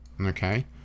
Okay